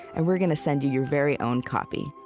and we're gonna send you your very own copy.